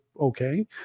okay